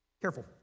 careful